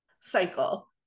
Cycle